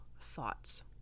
thoughts